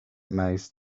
most